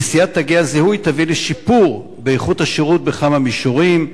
נשיאת תגי הזיהוי תביא לשיפור איכות השירות בכמה מישורים.